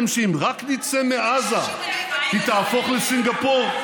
בעולים שמגיעים לישראל היום מתקיימת נבואת